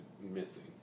missing